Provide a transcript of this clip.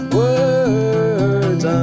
words